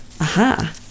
Aha